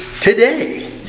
today